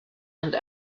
and